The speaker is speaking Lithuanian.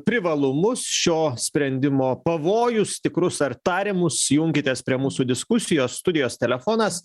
privalumus šio sprendimo pavojus tikrus ar tariamus junkitės prie mūsų diskusijos studijos telefonas